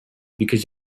because